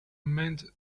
meant